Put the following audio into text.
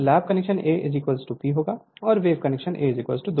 तो lap connection A P होगा और वेव कनेक्शन A 2 है